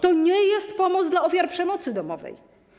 To nie jest pomoc dla ofiar przemocy domowej.